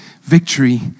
victory